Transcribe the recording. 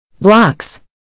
blocks